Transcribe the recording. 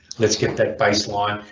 let's get that baseline,